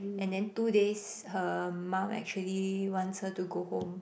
and then two days her mum actually wants her to go home